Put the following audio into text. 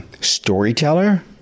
storyteller